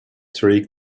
streak